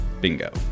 bingo